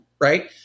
right